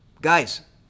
Guys